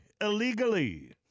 illegally